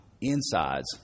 insides